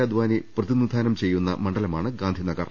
അദ്വാനി പ്രതിനിധാനം ചെയ്യുന്ന മണ്ഡലമാണ് ഗാന്ധി നഗർ